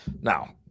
now